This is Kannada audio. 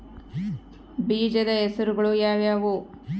ಬೇಜದ ಹೆಸರುಗಳು ಯಾವ್ಯಾವು?